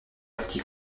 petit